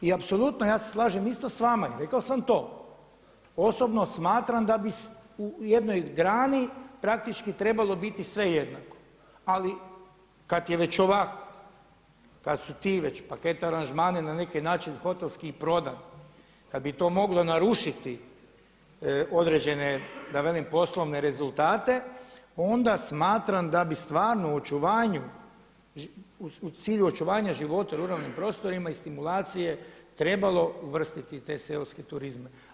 I apsolutno ja se slažem isto s vama i rekao sam to, osobno smatram da bi u jednoj grani praktički trebalo biti sve jednako ali kada je već ovako, kada su ti već paketi aranžmana na neki način hotelski i prodan, kada bi to moglo narušiti određene, da velim poslovne rezultate onda smatram da bi stvarno u očuvanju, u cilju očuvanja života u ruralnim prostorima i stimulacije trebalo uvrstiti te seoske turizme.